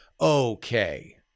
okay